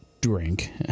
drink